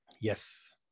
Yes